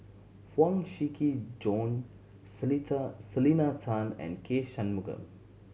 Huang Shiqi Joan Selena Tan and K Shanmugam